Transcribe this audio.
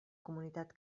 comunitat